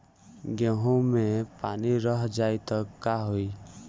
गेंहू मे पानी रह जाई त का होई?